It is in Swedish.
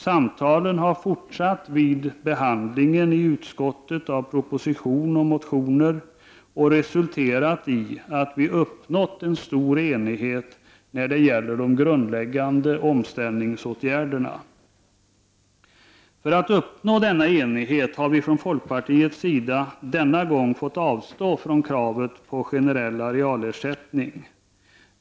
Samtalen har fortsatt vid behandlingen av propositioner och motioner i jord bruksutskottet och resulterat i att vi har uppnått stor enighet när det gäller de grundläggande omställningsåtgärderna. För att uppnå enighet har vi från folkpartiets sida denna gång fått avstå från kravet på generell arealersättning.